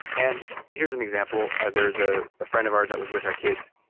and here's an example. ah there's ah a friend of ours that was with our kids.